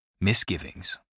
Misgivings